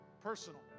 personal